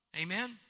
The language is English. amen